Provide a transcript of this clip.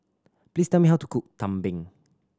please tell me how to cook tumpeng